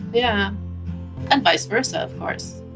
yeah and vice versa, of course.